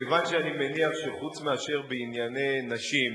כיוון שאני מניח שחוץ מאשר בענייני נשים,